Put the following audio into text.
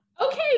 Okay